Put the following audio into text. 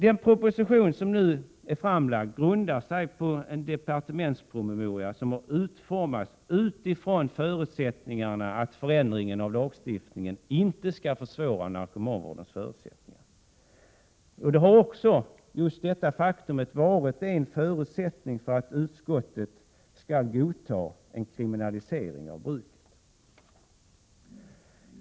Den proposition som nu är framlagd grundar sig på en departementspromemoria, som utformats utifrån förutsättningarna att förändringar av lagstiftningen inte skall försvåra narkomanvårdens förutsättningar. Just detta faktum har varit en förutsättning för att utskottet skulle godta en kriminalisering av bruket.